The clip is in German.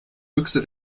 büchse